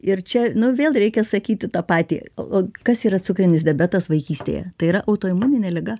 ir čia nu vėl reikia sakyti tą patį o kas yra cukrinis diabetas vaikystėje tai yra autoimuninė liga